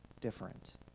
different